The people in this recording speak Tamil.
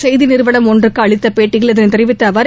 செய்தி நிறுவனம் ஒன்றுக்கு அளித்த பேட்டியில் இதனை தெரிவித்த அவர்